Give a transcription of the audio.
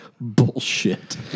bullshit